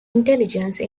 intelligence